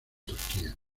turquía